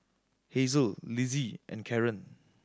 Hasel Lizzie and Karen